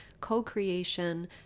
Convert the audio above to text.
co-creation